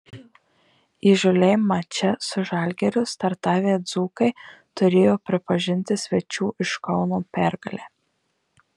įžūliai mače su žalgiriu startavę dzūkai turėjo pripažinti svečių iš kauno pergalę